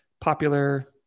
popular